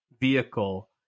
vehicle